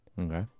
Okay